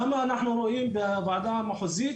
למה אנחנו רואים בוועדה המחוזית,